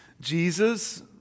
Jesus